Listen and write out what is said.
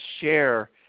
share